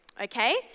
okay